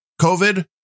COVID